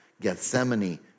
Gethsemane